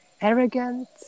arrogant